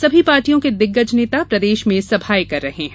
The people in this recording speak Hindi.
सभी पार्टियों के दिग्गज नेता प्रदेश में सभायें कर रहे हैं